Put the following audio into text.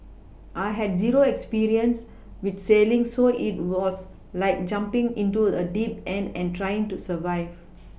I had zero experience with sailing so it was like jumPing into a deep end and trying to survive